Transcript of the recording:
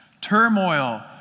Turmoil